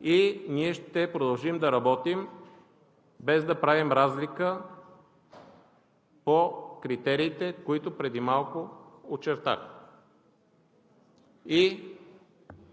И ние ще продължим да работим, без да правим разлика по критериите, които преди малко очертах. И